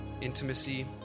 intimacy